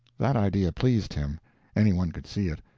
that idea pleased him any one could see it.